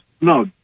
No